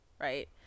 right